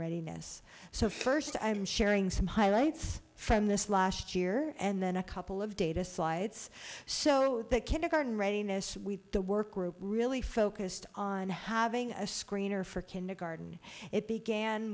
readiness so first i'm sharing some highlights from this last year and then a couple of data slides so that kindergarten readiness with the work we're really focused on having a screener for kindergarten it began